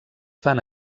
fan